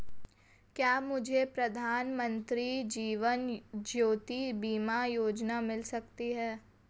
क्या मुझे प्रधानमंत्री जीवन ज्योति बीमा योजना मिल सकती है?